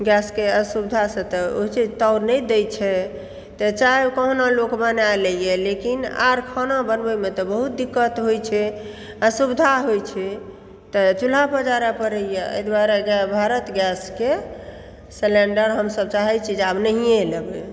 गैसके असुविधासँ तऽ होयत छै ताव नहि दैत छै तऽ चाय कहुना लोक बनाए लयए लेकिन आर खाना बनबैमऽ तऽ बहुत दिक्कत होइत छै असुविधा होइत छै तऽ चूल्हा पजारय पड़ैत यऽ एहि दुआरे भारत गैसके सिलेंडर हमसभ चाहैत छियै जे आब नहियए लेबय